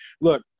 look